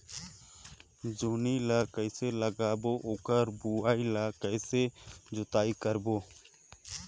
जोणी ला कइसे लगाबो ओकर भुईं ला कइसे जोताई करबो?